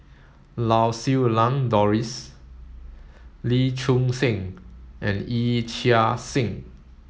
Lau Siew Lang Doris Lee Choon Seng and Yee Chia Hsing